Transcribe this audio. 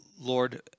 Lord